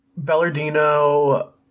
Bellardino